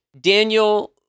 Daniel